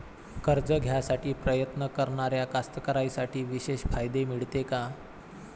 कर्ज घ्यासाठी प्रयत्न करणाऱ्या कास्तकाराइसाठी विशेष फायदे मिळते का?